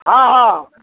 हँ हँ